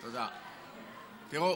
תראו,